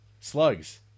slugs